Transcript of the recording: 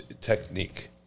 technique